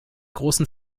großen